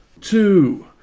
two